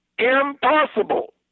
Impossible